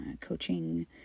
coaching